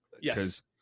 Yes